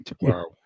Wow